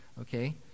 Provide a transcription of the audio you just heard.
okay